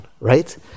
right